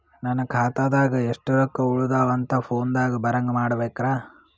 ನನ್ನ ಖಾತಾದಾಗ ಎಷ್ಟ ರೊಕ್ಕ ಉಳದಾವ ಅಂತ ಫೋನ ದಾಗ ಬರಂಗ ಮಾಡ ಬೇಕ್ರಾ?